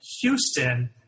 Houston